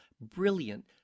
brilliant